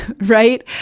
right